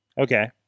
okay